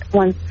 one